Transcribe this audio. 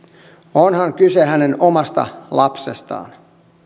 onhan kyse hänen omasta lapsestaan